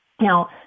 Now